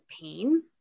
pain